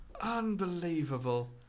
unbelievable